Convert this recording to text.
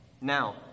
Now